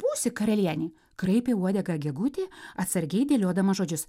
būsi karalienė kraipė uodegą gegutė atsargiai dėliodama žodžius